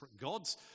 gods